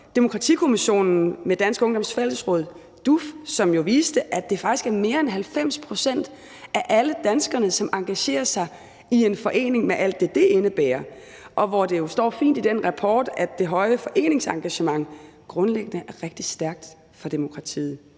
demokratikommissionen fra Dansk Ungdoms Fællesråd, DUF, som jo viste, at det faktisk er mere end 90 pct. af alle danskerne, som engagerer sig i en forening med alt det, det indebærer. Og det står fint i den rapport, at det høje foreningsengagement grundlæggende er rigtig stærkt for demokratiet.